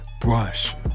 brush